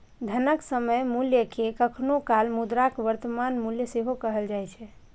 धनक समय मूल्य कें कखनो काल मुद्राक वर्तमान मूल्य सेहो कहल जाए छै